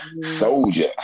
Soldier